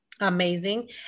Amazing